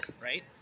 right